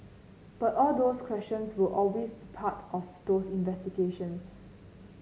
but all those questions will always be part of those investigations